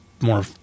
more